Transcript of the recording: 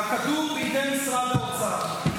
והכדור בידי משרד האוצר.